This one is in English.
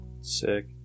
Sick